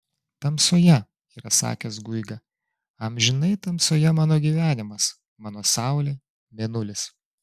tamsoje yra sakęs guiga amžinai tamsoje mano gyvenimas mano saulė mėnulis